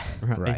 Right